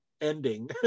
ending